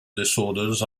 disorders